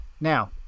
Now